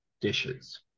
dishes